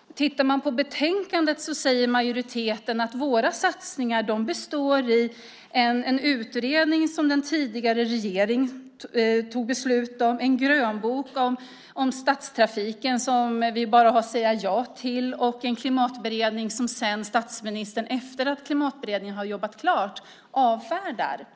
Om vi tittar på betänkandet ser vi att satsningarna består av en utredning som den tidigare regeringen fattade beslut om, en grönbok om stadstrafiken som vi bara har att säga ja till samt en klimatberedning som statsministern, efter att beredningen jobbat klart, avfärdar.